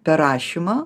per rašymą